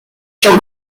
son